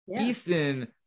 Easton